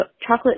chocolate